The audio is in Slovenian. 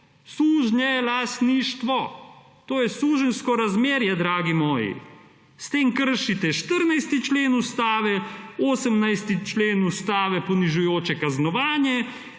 Sužnjelastništvo. To je suženjsko razmerje, dragi moji. S tem kršite 14. člen Ustave, 18. člen Ustave ponižujoče kaznovanje,